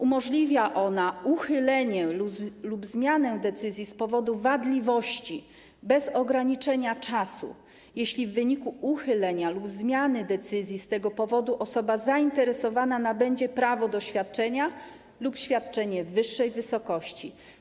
Umożliwia ona uchylenie lub zmianę decyzji z powodu wadliwości bez ograniczenia czasu, jeśli w wyniku uchylenia lub zmiany decyzji osoba zainteresowana nabędzie prawo do świadczenia lub świadczenie w wyższej wysokości.